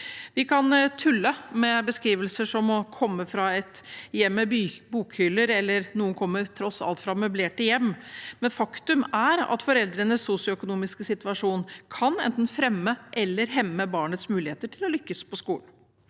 Vi kan tulle med beskrivelser som å komme fra et hjem med bokhyller eller at noen tross alt kommer fra et møblert hjem, men faktum er at foreldrenes sosioøkonomiske situasjon kan enten fremme eller hemme barnets muligheter til å lykkes på skolen.